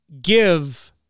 give